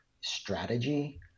strategy